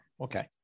okay